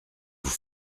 vous